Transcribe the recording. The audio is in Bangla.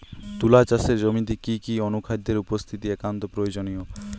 তুলা চাষের জমিতে কি কি অনুখাদ্যের উপস্থিতি একান্ত প্রয়োজনীয়?